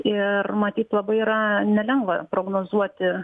ir matyt labai yra nelengva prognozuoti